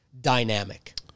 Dynamic